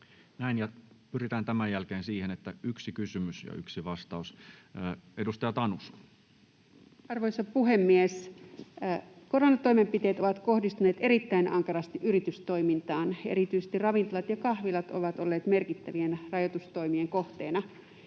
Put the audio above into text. koputtaa] erittäin vakavalta taudilta. Edustaja Tanus. Arvoisa puhemies! Koronatoimenpiteet ovat kohdistuneet erittäin ankarasti yritystoimintaan. Erityisesti ravintolat ja kahvilat ovat olleet merkittävien rajoitustoimien kohteena.